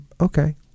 okay